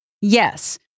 Yes